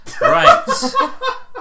Right